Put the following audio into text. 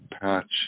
patch